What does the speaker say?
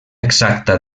exacta